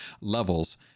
levels